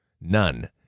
none